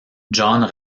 john